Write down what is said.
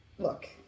Look